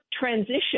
transition